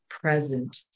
present